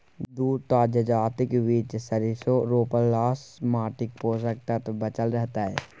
दू टा जजातिक बीच सरिसों रोपलासँ माटिक पोषक तत्व बचल रहतै